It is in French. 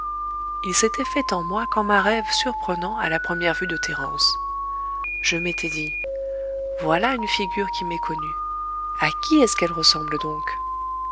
il s'était fait en moi comme un rêve surprenant à la première vue de thérence je m'étais dit voilà une figure qui m'est connue à qui est-ce qu'elle ressemble donc